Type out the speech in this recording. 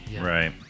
Right